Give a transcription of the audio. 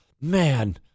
man